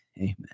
Amen